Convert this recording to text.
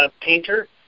painter